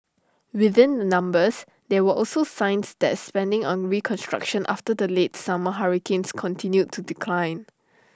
within the numbers there were also were signs that spending on reconstruction after the late summer hurricanes continued to decline